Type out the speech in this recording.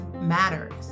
matters